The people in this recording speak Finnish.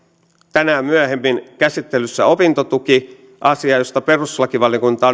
tänään myöhemmin käsittelyssä opintotukiasia josta perustuslakivaliokunta